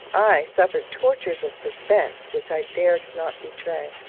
i suffered tortures of suspense, which i dared not betray.